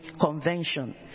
Convention